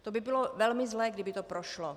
To by bylo velmi zlé, kdyby to prošlo.